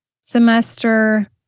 semester